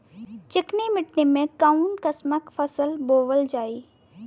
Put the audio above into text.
चिकनी मिट्टी में कऊन कसमक फसल बोवल जाई?